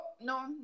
no